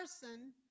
person